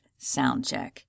soundcheck